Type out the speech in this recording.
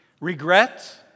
Regret